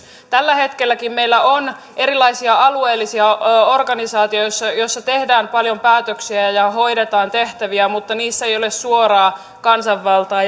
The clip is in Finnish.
tällä hetkelläkin meillä on erilaisia alueellisia organisaatioita joissa joissa tehdään paljon päätöksiä ja ja hoidetaan tehtäviä mutta niissä ei ei ole suoraa kansanvaltaa